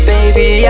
Baby